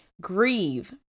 grieve